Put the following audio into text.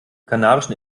kanarischen